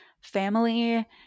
family –